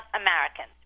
Americans